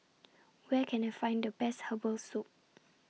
Where Can I Find The Best Herbal Soup